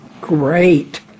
Great